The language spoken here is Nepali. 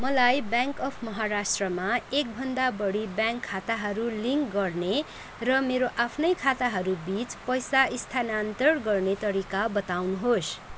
मलाई ब्याङ्क अफ महाराष्ट्रमा एकभन्दा बढी ब्याङ्क खाताहरू लिङ्क गर्ने र मेरो आफ्नै खाताहरू बिच पैसा स्थानान्तरण गर्ने तरिका बताउनुहोस्